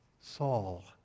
Saul